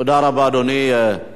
תודה רבה, אדוני.